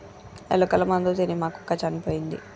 ఎలుకల మందు తిని మా కుక్క చనిపోయింది